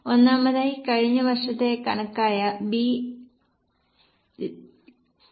ഒന്നാമതായി കഴിഞ്ഞ വർഷത്തെ കണക്കായ B 11 x 0